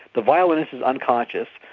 the violinist is unconscious,